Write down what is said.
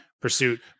pursuit